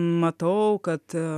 matau kad